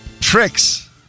Tricks